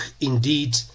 indeed